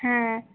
হ্যাঁ